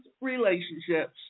relationships